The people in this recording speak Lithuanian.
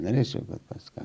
mėnesio bet paskui